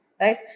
right